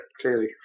clearly